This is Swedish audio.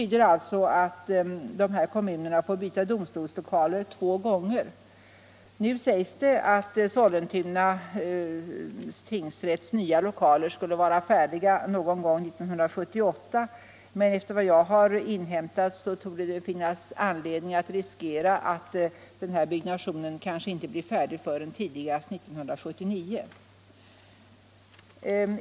Det betyder att dessa kommuner får byta domstolslokaler två gånger. Nu sägs det att Sollentuna tingsrätts nya lokaler skulle vara färdiga någon gång 1978. Men enligt vad jag har inhämtat finns det risk att denna byggnation inte blir färdig förrän tidigast 1979.